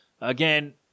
again